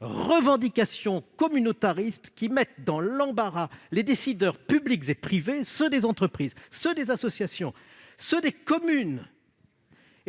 revendications communautaristes qui mettent dans l'embarras les décideurs publics et privés, ceux des entreprises, ceux des associations ceux des communes,